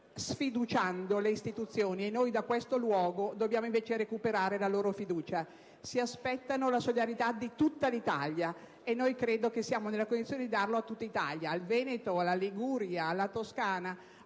sfiduciando le istituzioni. Noi, da questo luogo, dobbiamo recuperare la loro fiducia. Si aspettano la solidarietà di tutta l'Italia e credo che noi siamo nelle condizioni di darla a tutto il Paese: al Veneto, alla Liguria, alla Toscana